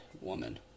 woman